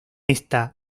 esta